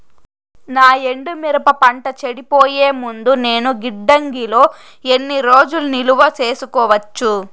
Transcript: నా ఎండు మిరప పంట చెడిపోయే ముందు నేను గిడ్డంగి లో ఎన్ని రోజులు నిలువ సేసుకోవచ్చు?